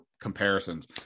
comparisons